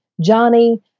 Johnny